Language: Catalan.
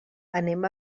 anem